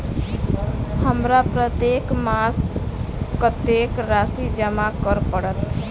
हमरा प्रत्येक मास कत्तेक राशि जमा करऽ पड़त?